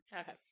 Okay